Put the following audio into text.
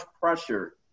pressure